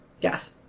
Yes